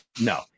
no